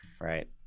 Right